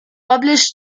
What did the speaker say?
published